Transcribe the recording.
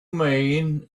mean